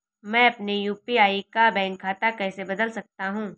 मैं अपने यू.पी.आई का बैंक खाता कैसे बदल सकता हूँ?